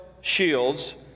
shields